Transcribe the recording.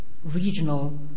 regional